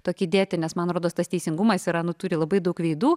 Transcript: tokį dėti nes man rodos tas teisingumas yra nu turi labai daug veidų